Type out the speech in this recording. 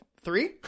three